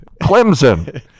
clemson